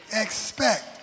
expect